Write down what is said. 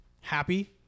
happy